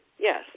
yes